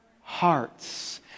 hearts